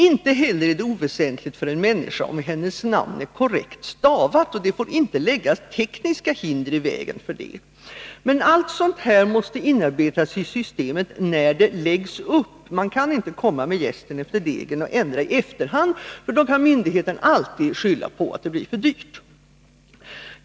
Inte heller är det oväsentligt för en människa om hennes namn är korrekt stavat, och det får inte läggas tekniska hinder i vägen för detta. Allt sådant måste emellertid inarbetas i systemet när det läggs upp. Man kan inte komma med jästen efter degen och ändra i efterhand, för då kan myndigheten alltid skylla på att det blir för dyrt.